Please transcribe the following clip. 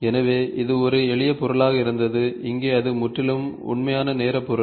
எனவே அது ஒரு எளிய பொருளாக இருந்தது இங்கே அது முற்றிலும் உண்மையான நேர பொருள்